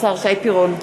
השר שי פירון.